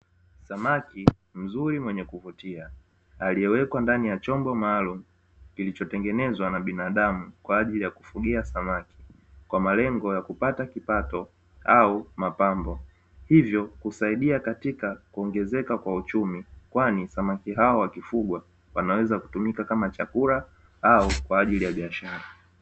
Samaki mzuri mwenye kuvutia aliyewekwa ndani ya chombo maalumu kilichotengenezwa na binadamu, kwa ajili ya kufugia samaki kwa malengo ya kupata kipato au mapambo. Hivo husaidia katika kuongezeka uchumi kwani samaki hao wakifugwa wanaweza tumika kama chakula au biashara.